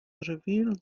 revealed